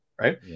Right